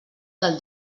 del